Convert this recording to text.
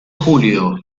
julio